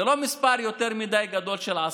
זה לא מספר יותר מדי גדול של עסקים,